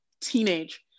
teenage